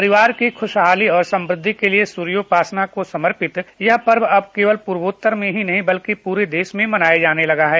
परिवार की खुशहाली और समृद्धि के लिए सूर्योपासना को समर्पित यह पर्व अब केवल प्र्वोत्तर में ही नहीं बल्कि पूरे देश में मनाया जाने लगा है